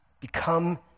become